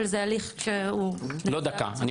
אבל זה הליך -- זה לא הליך של דקה,